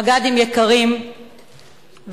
מג"דים יקרים שלנו.